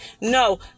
No